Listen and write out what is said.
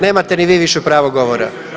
Nemate ni vi više pravo govora.